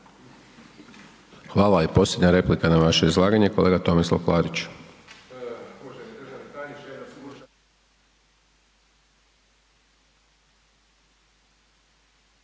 Hvala. I posljednja replika na vaše izlaganje, kolega Vlaović.